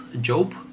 Job